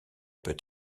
peut